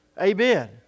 Amen